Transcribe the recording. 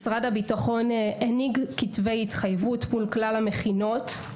משרד הביטחון הנהיג כתבי התחייבות מול כלל המכינות,